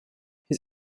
his